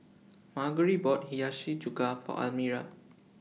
Margery bought Hiyashi Chuka For Almyra